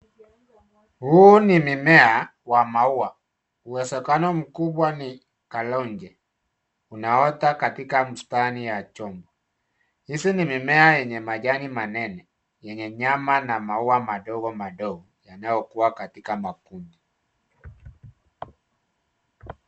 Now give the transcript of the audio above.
Huu ni mimea wa maua. Kuna uwezekano mkubwa ni callonge . Unaota katika mtari ya chombo . Hizi ni mimea yenye majani manene yenye nyama na maua madogo madogo yanayokuwa katika makundi.